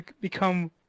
become